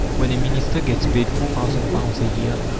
when a minister gets paid four thousand pounds a year,